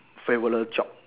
favourite job